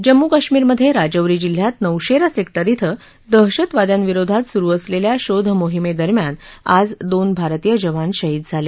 जम्मू कश्मीरमधे राजौरी जिल्ह्यात नौशेरा सेक्टर श्रे दहशतवाद्यांविरोधात सुरु असलेल्या शोधमोहिमेदरम्यान आज दोन भारतीय जवान शहीद झाले